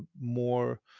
more